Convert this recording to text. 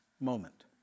moment